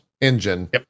engine